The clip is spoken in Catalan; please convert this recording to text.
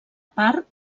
part